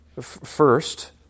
first